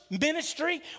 ministry